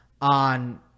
on